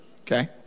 Okay